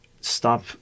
stop